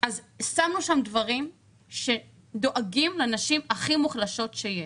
שמנו שם דברים שדואגים לנשים הכי מוחלשות שיש.